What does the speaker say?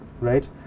right